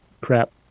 crap